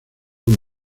una